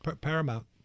paramount